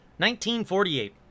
1948